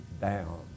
down